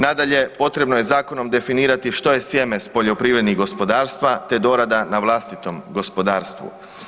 Nadalje, potrebno je zakonom definirati što je sjeme s poljoprivrednih gospodarstva te dorada na vlastitom gospodarstvu.